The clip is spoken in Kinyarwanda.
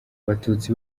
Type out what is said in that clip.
abatutsi